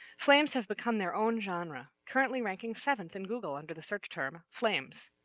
flames have become their own genre, currently ranking seventh in google under the search term flames.